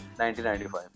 1995